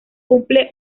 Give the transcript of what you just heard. cumple